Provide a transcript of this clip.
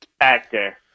actor